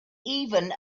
even